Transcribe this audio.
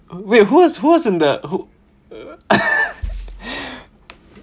wait who was who was in the who uh